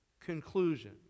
conclusion